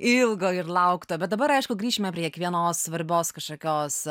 ilgo ir laukto bet dabar aišku grįšime prie kiekvienos svarbios kažkokios